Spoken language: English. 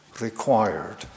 required